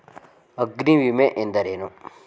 ಅಗ್ನಿವಿಮೆ ಎಂದರೇನು?